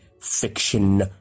fiction